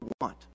want